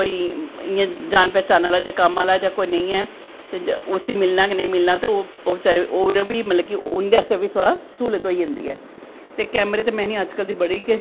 कोई इयां जान पैह्चान आह्ला ऐ जां इयां ऐ ते उसी मिलना कि नेंई मिलना ओह् उंदे आस्ते बी मतलव स्हूलत होई जंदी ऐ ते कैमरे दी अज्ज कल दी बड़ी गै